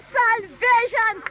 salvation